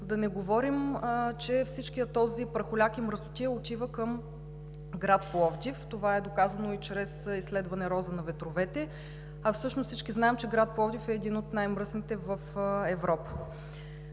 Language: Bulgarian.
да не говорим, че всичкият този прахоляк и мръсотия отива към град Пловдив. Това е доказано чрез изследването „Роза на ветровете“, а и всички знаем, че град Пловдив е един от най-мръсните в Европа.